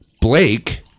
Blake